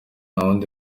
wundi